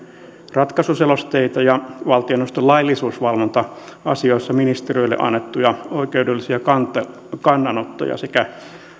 ratkaisuselosteita ja valtioneuvoston laillisuusvalvonta asioissa ministeriöille annettuja oikeudellisia kannanottoja sekä